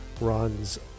runs